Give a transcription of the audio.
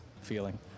feeling